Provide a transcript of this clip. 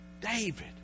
David